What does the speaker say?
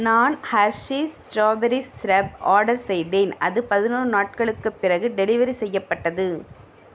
நான் Hershey's strawberry syrup order செய்தேன் அது பதினோரு நாட்களுக்குப் பிறகு டெலிவரி செய்யப்பட்டது